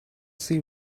see